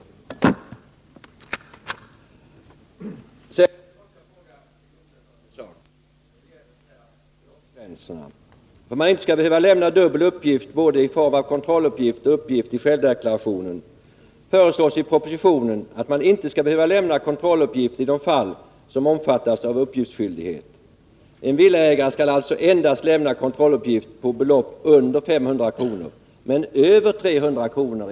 Sedan måste jag fråga Stig Josefson om en sak, nämligen beloppsgränserna. För att man inte skall behöva lämna dubbla uppgifter, dvs. både kontrolluppgift och uppgift i självdeklarationen, föreslås i propositionen att man inte skall behöva lämna kontrolluppgift i de fall som omfattas av uppgiftskyldighet. En villaägare skall alltså endast lämna kontrolluppgift på belopp under 500 kr. — men över 300 kr.